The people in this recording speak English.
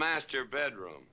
master bedroom